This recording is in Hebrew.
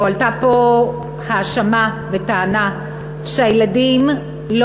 הועלתה פה האשמה וטענה שהילדים לא